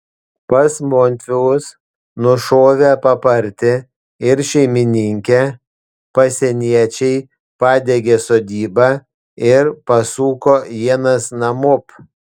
pas montvilus nušovę papartį ir šeimininkę pasieniečiai padegė sodybą ir pasuko ienas namop